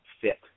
fit